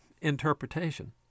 interpretation